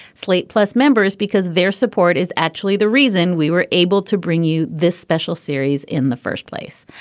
slate plus members because their support is actually the reason we were able to bring you this special series in the first place.